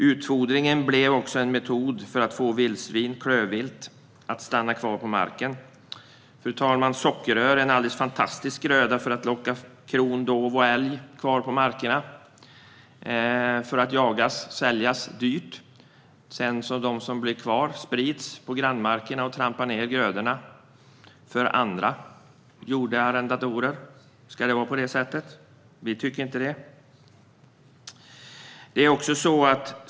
Utfodringen blev en metod för att få vildsvin och klövvilt att stanna kvar på marken. Sockerrör är en fantastisk gröda för att locka kronhjort, dovhjort och älg att stanna kvar på markerna, så att de kan jagas och säljas dyrt. De som blir kvar sprids sedan på grannmarkerna och trampar ned grödorna för andra jordarrendatorer. Ska det vara på det sättet? Vi tycker inte det.